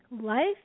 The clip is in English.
life